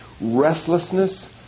restlessness